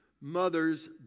mother's